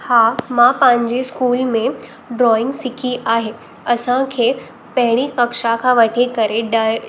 हा मां पंहिंजे स्कूल में ड्रॉइंग सिखी आहे असांखे पहिरीं कक्षा खां वठी करे ॾह